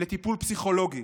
לטיפול פסיכולוגי?